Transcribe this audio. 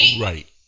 Right